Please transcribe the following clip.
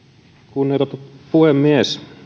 kunnioitettu puhemies